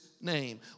name